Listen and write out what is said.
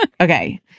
Okay